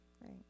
right